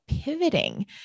pivoting